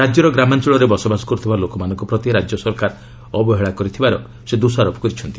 ରାଜ୍ୟର ଗ୍ରାମାଞ୍ଚଳରେ ବସବାସ କରୁଥିବା ଲୋକମାନଙ୍କ ପ୍ରତି ରାଜ୍ୟ ସରକାର ଅବହେଳା କରିଥିବାର ସେ ଦୋଷାରୋପ କରିଛନ୍ତି